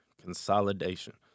consolidation